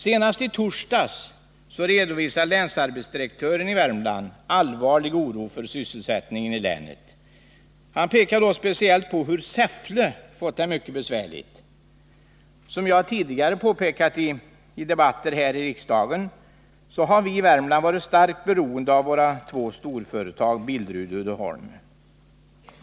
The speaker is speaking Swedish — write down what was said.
Senast i torsdags redovisade länsarbetsdirektören i Värmland allvarlig oro för sysselsättningen i länet. Han pekade då speciellt på att Säffle fått det mycket besvärligt. Som jag tidigare påpekat i debatter här i kammaren har vi i Värmland varit starkt beroende av våra två storföretag, Billerud och Uddeholm.